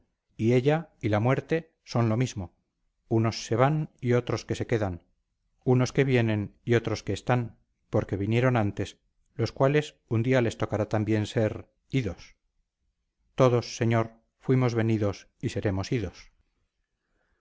y ella y la muerte son lo mismo unos se van y otros que se quedan unos que vienen y otros que están porque vinieron antes los cuales un día les tocará también ser idos todos señor fuimos venidos y seremos idos